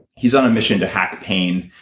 he's on a mission to hack pain,